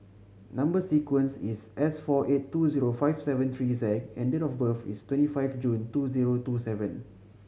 number sequence is S four eight two zero five seven three Z and date of birth is twenty five June two zero two seven